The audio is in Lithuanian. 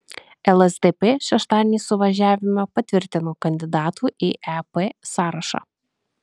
lsdp šeštadienį suvažiavime patvirtino kandidatų į ep sąrašą